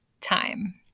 time